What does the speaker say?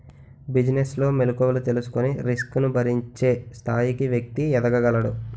business లో మెలుకువలు తెలుసుకొని రిస్క్ ను భరించే స్థాయికి వ్యక్తి ఎదగగలడు